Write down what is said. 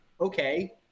okay